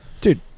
Dude